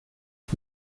die